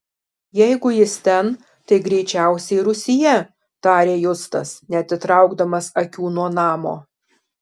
jeigu jis ten tai greičiausiai rūsyje tarė justas neatitraukdamas akių nuo namo